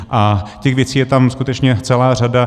A těch věcí je tam skutečně celá řada.